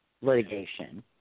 litigation